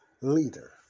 leader